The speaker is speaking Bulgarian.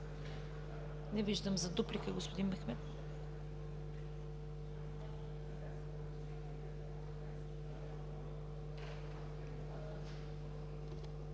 Не виждам. За дуплика – господин Мехмед.